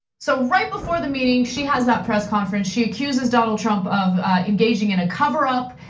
so right before the meeting, she has that press conference. she accuses donald trump of engaging in a cover up.